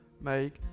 make